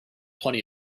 plenty